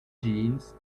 jeans